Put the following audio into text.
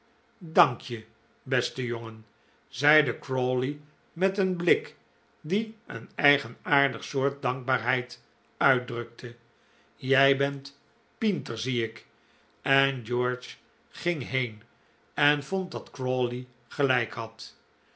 ank je beste jongen zeide crawley met een blik die een eigenaardig soort dankbaarheid uitdrukte jij bent pienter zie ik en george ging heen en vond dat crawley gelijk had